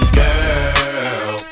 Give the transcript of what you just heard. girl